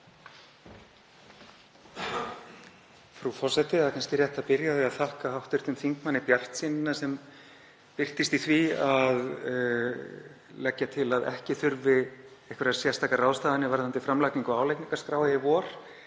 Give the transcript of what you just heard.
Frú forseti. Það er kannski rétt að byrja á því að þakka hv. þingmanni bjartsýnina sem birtist í því að leggja til að ekki þurfi sérstakar ráðstafanir varðandi framlagningu álagningarskráa í vor